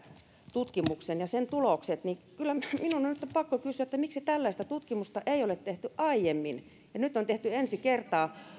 tutkimuksen ja sen tulokset niin kyllä minun on nyt pakko kysyä miksi tällaista tutkimusta ei ole tehty aiemmin ja nyt on tehty ensi kertaa